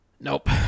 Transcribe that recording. Nope